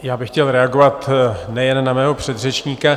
Já bych chtěl reagovat nejen na mého předřečníka.